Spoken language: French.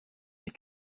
mes